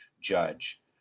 judge